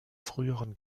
früheren